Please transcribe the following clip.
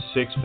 Six